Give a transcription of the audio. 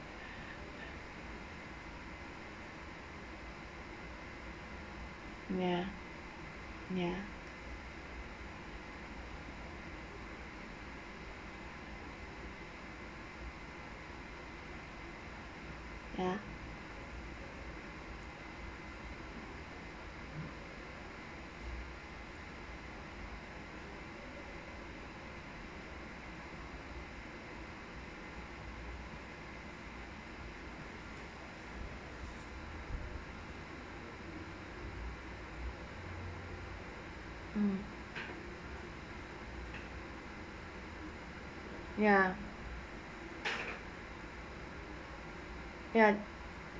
ya ya ya mm ya